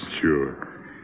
Sure